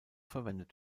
verwendet